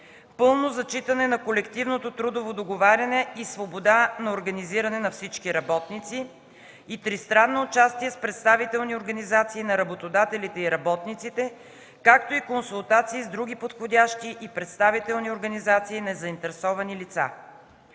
пълно зачитане на колективното трудово договаряне и свобода на организиране за всички работници, и - тристранно участие с представителни организации на работодателите и работниците, както и консултации с други подходящи и представителни организации на заинтересовани лица.